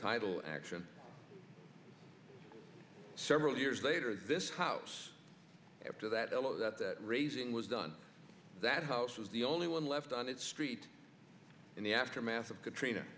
title action several years later this house after that all of that that raising was done that house was the only one left on its street in the aftermath of katrina